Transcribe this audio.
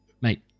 Mate